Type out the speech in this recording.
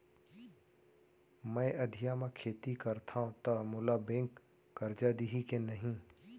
मैं अधिया म खेती करथंव त मोला बैंक करजा दिही के नही?